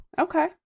okay